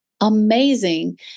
amazing